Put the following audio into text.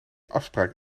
afspraak